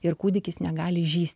ir kūdikis negali žįst